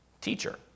teacher